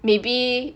maybe